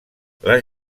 les